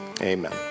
Amen